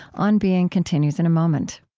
on being continues in a moment